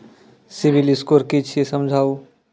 Civil score कि छियै समझाऊ?